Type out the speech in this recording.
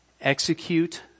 execute